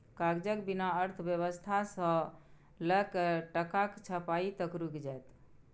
कागजक बिना अर्थव्यवस्था सँ लकए टकाक छपाई तक रुकि जाएत